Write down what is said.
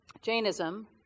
Jainism